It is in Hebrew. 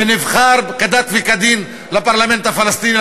שנבחר כדת וכדין לפרלמנט הפלסטיני,